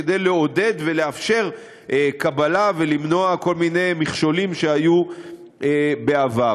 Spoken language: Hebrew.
כדי לעודד ולאפשר קבלה ולמנוע כל מיני מכשולים שהיו בעבר.